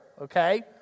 Okay